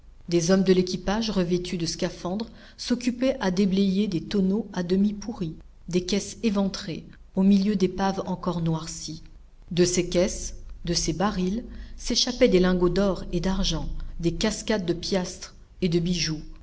des hommes de l'équipage revêtus de scaphandres s'occupaient à déblayer des tonneaux à demi pourris des caisses éventrées au milieu d'épaves encore noircies de ces caisses de ces barils s'échappaient des lingots d'or et d'argent des cascades de piastres et de bijoux